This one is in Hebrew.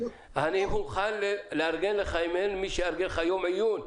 אני מוכן לארגן לך אם אין מי שיארגן לך יום עיון,